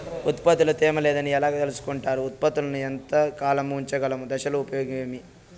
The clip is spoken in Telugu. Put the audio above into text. ఉత్పత్తి లో తేమ లేదని ఎలా తెలుసుకొంటారు ఉత్పత్తులను ఎంత కాలము ఉంచగలము దశలు ఉపయోగం ఏమి?